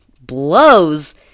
blows